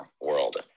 world